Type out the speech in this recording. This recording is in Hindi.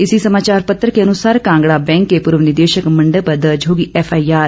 इसी समाचार पत्र के अनुसार कांगड़ा बैंक के पूर्व निदेशक मंडल पर दर्ज होगी एफआईआर